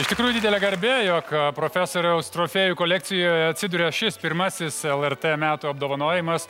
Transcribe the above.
iš tikrųjų didelė garbė jog profesoriaus trofėjų kolekcijoje atsiduria šis pirmasis lrt metų apdovanojimas